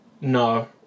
No